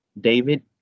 David